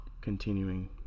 continuing